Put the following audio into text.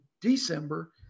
December